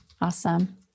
awesome